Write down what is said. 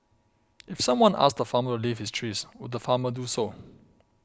if someone asked the farmer to leave his trees would the farmer do so